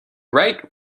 right